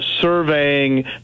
surveying